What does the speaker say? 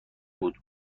بود